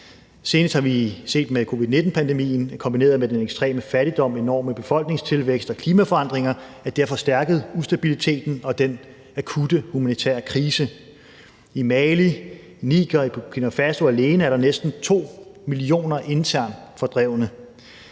Senest har vi set med covid-19-pandemien kombineret med den ekstreme fattigdom, den enorme befolkningstilvækst og klimaforandringerne, at det har forstærket ustabiliteten og den akutte humanitære krise. I Mali, Niger og Burkina Faso alene er der næsten 2 millioner internt fordrevne.